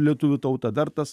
lietuvių tauta dar tas